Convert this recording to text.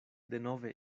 denove